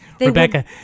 Rebecca